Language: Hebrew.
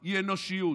הוא אנושיות.